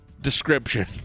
description